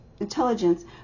intelligence